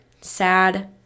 sad